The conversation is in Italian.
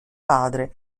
padre